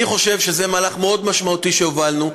אני חושב שזה מהלך מאוד משמעותי, שהובלנו.